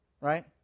right